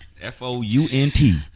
F-O-U-N-T